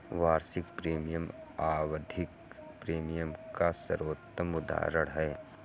वार्षिक प्रीमियम आवधिक प्रीमियम का सर्वोत्तम उदहारण है